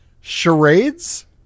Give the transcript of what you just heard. Charades